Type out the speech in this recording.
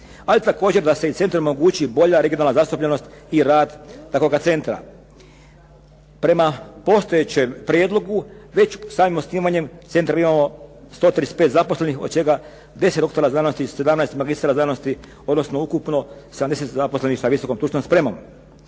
Ali također da se i centrima omogući bolja regionalna zastupljenost i rad takvoga centra. Prema postojećem prijedlogu već samim osnivanjem centra imamo 135 zaposlenih od čega 10 doktora znanosti i 17 magistara znanosti, odnosno ukupno 70 zaposlenih sa visokom stručnom spremom.